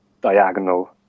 diagonal